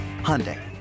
Hyundai